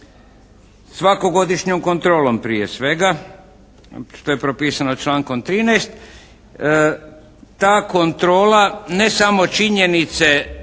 Svakom godišnjom kontrolom prije svega, što je propisano člankom 13. Ta kontrola ne samo činjenice da li je